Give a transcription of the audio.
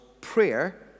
prayer